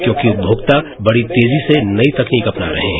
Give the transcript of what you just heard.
क्योंकि उपभोक्ता बड़ी तेजी से नई तकनीक अपना रहे हैं